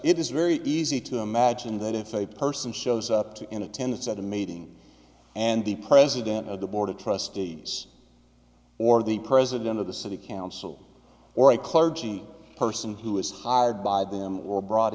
it is very easy to imagine that if a person shows up to an attendance at a meeting and the president of the board of trustees or the president of the city council or a clergy person who is hired by them well brought